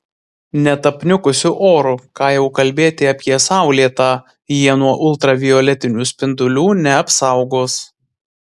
net apniukusiu oru ką jau kalbėti apie saulėtą jie nuo ultravioletinių spindulių neapsaugos